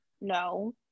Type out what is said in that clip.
no